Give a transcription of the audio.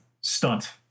stunt